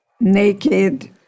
naked